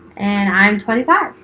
and i'm twenty five.